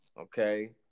okay